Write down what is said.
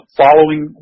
following